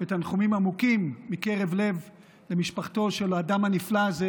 ותנחומים עמוקים מקרב לב למשפחתו של האדם הנפלא הזה,